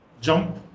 jump